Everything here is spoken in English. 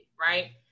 right